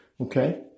Okay